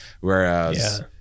whereas